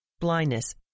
blindness